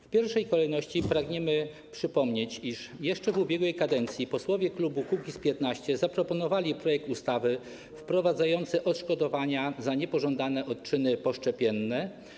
W pierwszej kolejności pragniemy przypomnieć, iż jeszcze w ubiegłej kadencji posłowie klubu Kukiz’15 zaproponowali projekt ustawy wprowadzający odszkodowania za niepożądane odczyny poszczepienne.